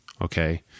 Okay